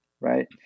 right